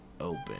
open